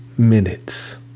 Minutes